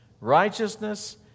Righteousness